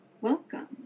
Welcome